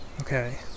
Okay